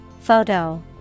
Photo